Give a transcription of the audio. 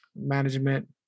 management